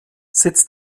sitz